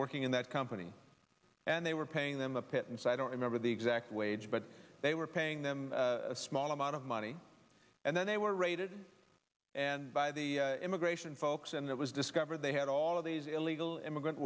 working in that company and they were paying them a pittance i don't remember the exact wage but they were paying them a small amount of money and then they were raided and by the immigration folks and it was discovered they had all of these illegal immigrant